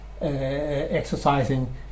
exercising